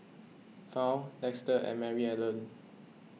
Fount Dexter and Maryellen